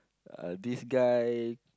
uh this guy